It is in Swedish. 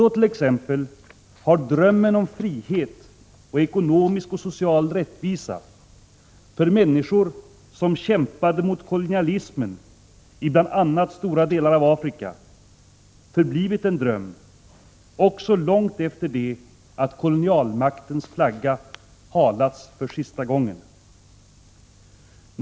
Så t.ex. har drömmen om frihet och ekonomisk och social rättvisa för människor som kämpade mot kolonialismen i bl.a. stora delar av Afrika förblivit en dröm, också långt efter det att kolonialmaktens flagga halats för sista gången.